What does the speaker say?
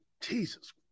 Jesus